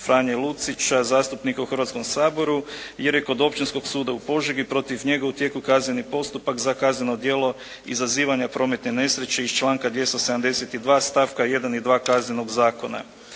Franje Lucića, zastupnika u Hrvatskom saboru jer je kod Općinskog suda u Požegi protiv njega u tijeku kazneni postupak za kazneno djelo izazivanja prometne nesreće iz članka 272. stavka 1. i 2. Kaznenog zakona.